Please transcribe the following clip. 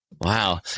Wow